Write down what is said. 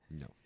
no